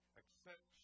accept